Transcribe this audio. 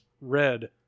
red